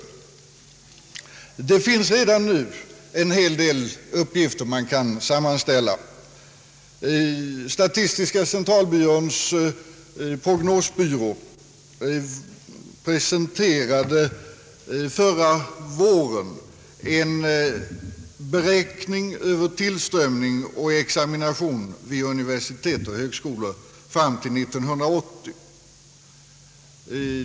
Det finns redan nu uppgifter som visar utvecklingstendensen. Statistiska centralbyråns prognosbyrå presenterade förra våren en beräkning över tillströmning och examination vid universitet och högskolor fram till år 1980.